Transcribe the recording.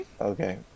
Okay